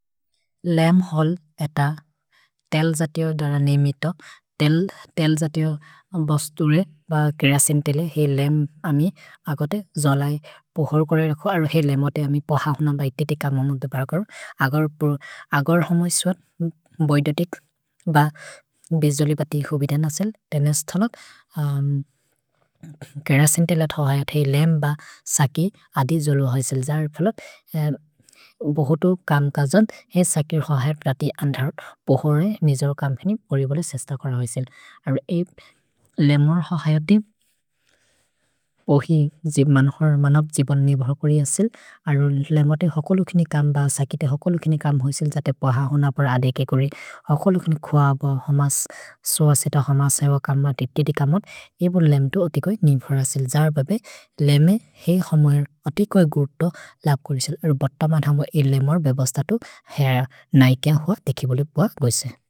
लम् होल् एत तेल् जतिओ दर नेमितो, तेल् जतिओ बस् तुरे ब केरसिन् तेले हेइ लेम् अमि अगते जोलए पोहोर् कोरे रखो अरु हेइ लेमोते अमि पोह होनो बै ते ते क ममोद् दे बर् करो। अगर् होमो इस्व बोइदोतिक् ब बेज्जोलि ब तिहोबिदन् असेल्, तेने स्थोलोप् केरसिन् तेले थोहयत् हेइ लेम् ब सकि अदि जोलो हैसेल्। जर फलोत् बोहोतु कम् कजन् हेइ सकिर् थोहयत् दति अन्धरोत् पोहोरे निजोरो कम्पनि ओरिबोले सेस्त कोर हैसेल्। अरु ए लेमोर् थोहयति ओहि मनोप् जिबन् निभर् कोरि हसेल्, अरु लेमोते होकोलुकिनि कम् ब सकि ते होकोलुकिनि कम् होइसेल् जते पह होन पर् आदेके कोरि, होकोलुकिनि खुअ ब होमस् सोअ सेत होमस् हेव कम् ब तितिति कमोद्, एबो लेम्तो ओतिकोइ निभर् असेल्। जर ब बे लेमे हेइ होमो हेइ ओतिकोइ गुर्तो लब् कोरिसेल्, अरु बत मन् होमो ए लेमोर् बेबस्ततु है नै किअ हुअ तेकि बोले बाग् होइसेल्।